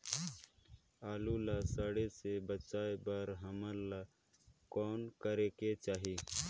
आलू ला सड़े से बचाये बर हमन ला कौन करेके चाही?